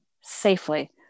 safely